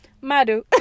Madu